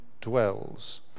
dwells